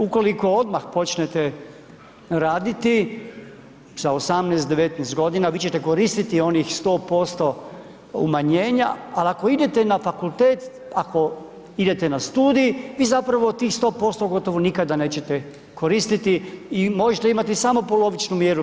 Ukoliko odmah počnete raditi sa 18, 19 godina vi ćete koristiti onih 100% umanjenja ali ako idete na fakultet, ako idete na studij vi zapravo tih 100% gotovo nikada nećete koristiti i možete imati samo polovičnu mjeru 50%